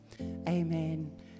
Amen